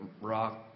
rock